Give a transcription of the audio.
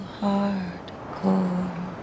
hardcore